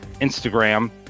instagram